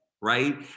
right